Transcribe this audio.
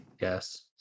Yes